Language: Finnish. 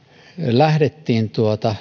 lähdettiin